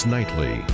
Nightly